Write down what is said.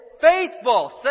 faithful